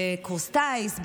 בקורס טיס,